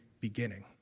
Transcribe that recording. beginning